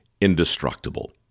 indestructible